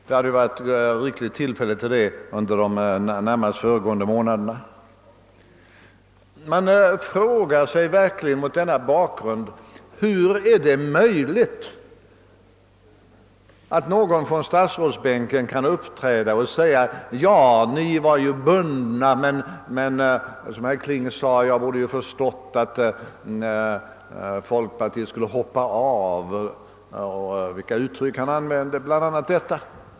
Det hade funnits rikliga tillfällen till det under de närmast föregående månaderna. Man frågar sig verkligen mot denna bakgrund hur det är möjligt att någon från statsrådsbänken kan uppträda och säga: Ja, ni var ju bundna, men — som herr Kling sade förra veckan — jag borde ju förstått, att folkpartiet skulle hoppa av; han använde bl.a. detta uttryck.